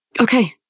Okay